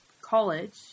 college